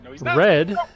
Red